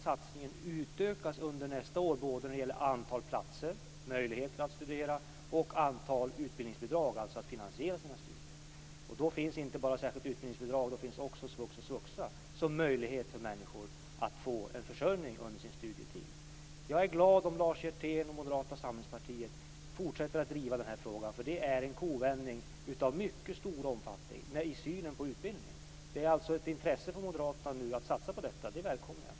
Samtidigt utökas satsningen nästa år - både när det gäller antal platser, dvs. möjligheter att studera, och när det gäller antal utbildningsbidrag, dvs. möjligheter att finansiera sina studier. Då finns inte bara särskilt utbildningsbidrag, utan då finns också svux och svuxa som möjlighet för människor att få en försörjning under sin studietid. Jag är glad om Lars Hjertén och Moderata samlingspartiet fortsätter att driva den här frågan. Det är en kovändning av mycket stor omfattning när det gäller synen på utbildning. Moderaterna är nu alltså intresserade av att satsa på detta. Det välkomnar jag.